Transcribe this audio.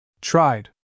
Tried